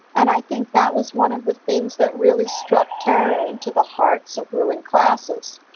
and i think that was one of the things that really struck terror into the hearts of ruling classes.